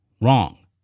wrong